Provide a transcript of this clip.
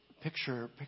Picture